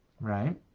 right